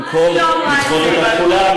במקום לדחות את התחולה,